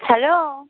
hello